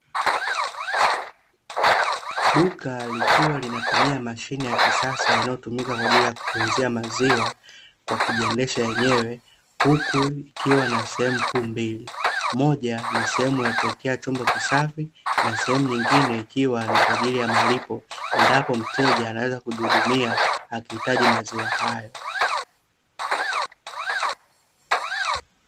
Duka likiwa linatumia mashine ya kisasa inayotumika kwaajili ya kutunzia maziwa kwa kujiendesha yenyewe huku ikiwa na sehemu kuu mbili; moja ni sehemu ya kuwekea chombo kisafi na sehemu nyingine ikiwa ni kwaajili ya malipo endapo mteja anaweza kujihudumia akihitaji maziwa hayo.